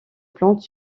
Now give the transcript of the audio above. plante